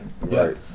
Right